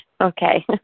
Okay